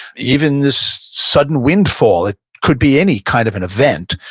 even this sudden windfall? it could be any kind of an event,